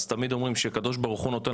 אז תמיד אומרים שהקדוש ברוך הוא נותן